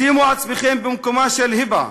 שימו עצמכם במקומה של היבה,